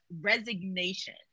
resignation